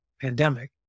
pandemic